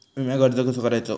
विम्याक अर्ज कसो करायचो?